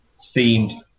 themed